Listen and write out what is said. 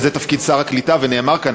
וזה תפקיד שר העלייה והקליטה ונאמר כאן.